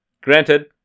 Granted